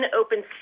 open